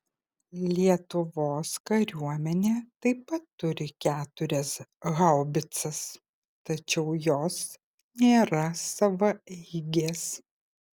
lietuvos kariuomenė taip pat turi keturias haubicas tačiau jos nėra savaeigės